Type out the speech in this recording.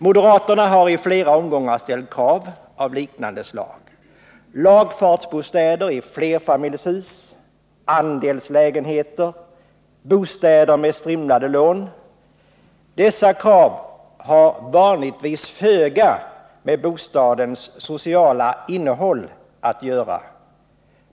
Moderaterna har i flera omgångar ställt krav av liknande slag: lagfartsbostäder i flerfamiljshus, andelslägenheter, bostäder med strimlade lån. Dessa krav har vanligtvis föga med bostadens sociala innehåll att göra.